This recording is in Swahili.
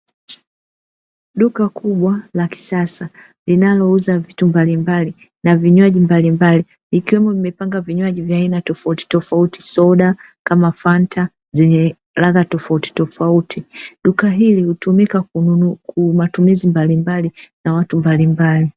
Duka kubwaa la kisasa linalouza vitu mbalimbali na vinywaji mbalimbali, ikiwemo imepangwa vinywaji vya aina tofautitofauti, soda kama Fanta zenye ladha tofautitofauti. Duka hili hutumika kwa matumizi mbalimbali na watu mbalimbali.